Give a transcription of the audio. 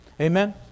Amen